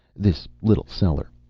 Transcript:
this little cellar.